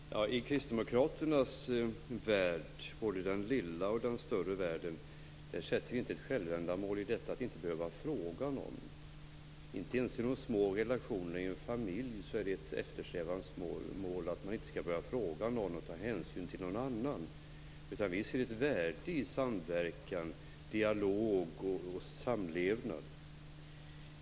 Fru talman! I Kristdemokraternas värld, både den lilla och den större, ser vi inte ett självändamål i att inte behöva fråga någon. Inte ens i de små relationerna i en familj är det ett eftersträvansvärt mål att man inte skall behöva fråga någon och ta hänsyn till någon annan. Vi ser ett värde i samverkan, dialog och samlevnad.